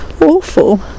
awful